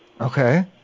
Okay